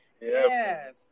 Yes